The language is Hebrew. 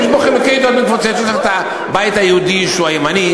יש בה חילוקי דעות בין קבוצות: יש לך הבית היהודי שהוא ימני,